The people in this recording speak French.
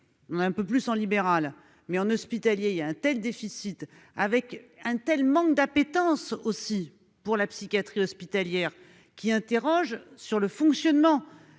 un peu plus en libéral mais on hospitalier un tel déficit avec un tel manque d'appétence aussi pour la psychiatrie hospitalière qui interroge sur le fonctionnement